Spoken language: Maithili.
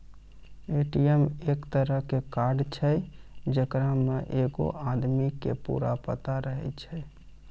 ए.टी.एम एक तरहो के कार्ड छै जेकरा मे एगो आदमी के पूरा पता रहै छै